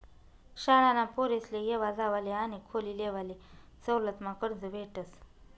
शाळाना पोरेसले येवा जावाले आणि खोली लेवाले सवलतमा कर्ज भेटस